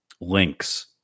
links